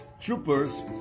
troopers